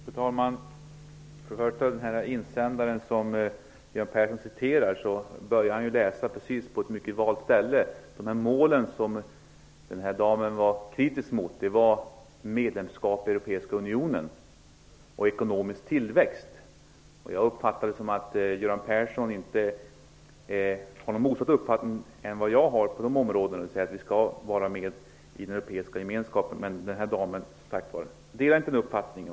Fru talman! Först och främst vill jag kommentera den insändare som Göran Persson citerar. Han börjar läsa på ett väl valt ställe. De mål som den här damen var kritisk mot gällde medlemskap i den europeiska unionen och ekonomisk tillväxt. Jag uppfattar det som att Göran Persson inte har någon annan uppfattning än vad jag har, nämligen att vi skall vara med i den europeiska gemenskapen. Den här damen delar, som sagt, inte den uppfattningen.